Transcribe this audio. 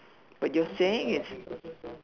but your saying is